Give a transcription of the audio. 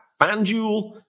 FanDuel